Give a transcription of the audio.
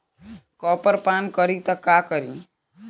Copper पान करी त का करी?